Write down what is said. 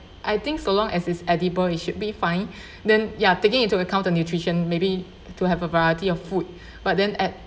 I think so long as it's edible it should be fine then ya taking into account the nutrition maybe to have a variety of food but then at